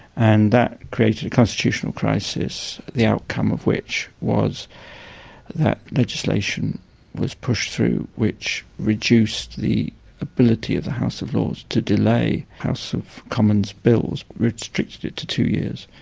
and that created a constitutional crisis, the outcome of which was that legislation was pushed through which reduced the ability of the house of lords to delay house of commons bills, restricted it two years,